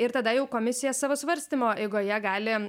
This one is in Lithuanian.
ir tada jau komisija savo svarstymo eigoje gali